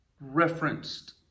referenced